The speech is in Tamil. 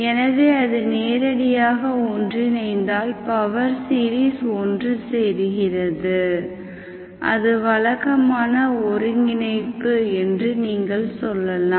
எனவே அது நேரடியாக ஒன்றிணைந்தால் பவர் சீரிஸ் ஒன்று சேர்கிறது அது வழக்கமான ஒருங்கிணைப்பு என்று நீங்கள் சொல்லலாம்